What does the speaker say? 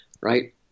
right